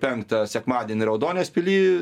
penktą sekmadienį raudonės pily